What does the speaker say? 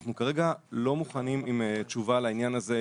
אנחנו כרגע לא מוכנים עם תשובה לעניין הזה,